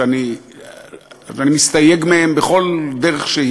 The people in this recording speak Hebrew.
שאני מסתייג מהן בכל דרך.